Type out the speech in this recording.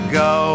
go